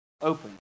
open